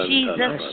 Jesus